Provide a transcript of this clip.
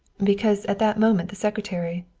because at that moment the secretary,